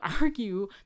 argue